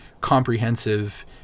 comprehensive